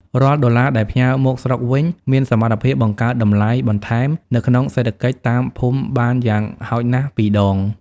រាល់ដុល្លារដែលផ្ញើមកស្រុកវិញ មានសមត្ថភាពបង្កើតតម្លៃបន្ថែមនៅក្នុងសេដ្ឋកិច្ចតាមភូមិបានយ៉ាងហោចណាស់ពីរដង។